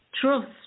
trust